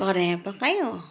कराहीमा पकायो